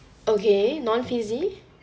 okay non-fizzy